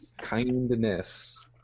Kindness